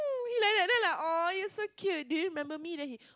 he like that then I like !aww! you so cute do you remember me then he